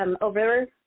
over